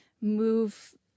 move